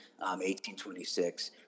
1826